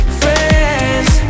friends